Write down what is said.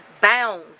bound